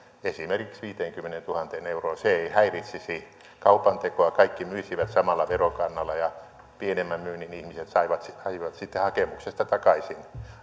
esimerkiksi viiteenkymmeneentuhanteen euroon se ei häiritsisi kaupantekoa kaikki myisivät samalla verokannalla ja pienemmän myynnin ihmiset saisivat sitten hakemuksesta takaisin